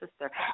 sister